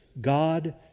God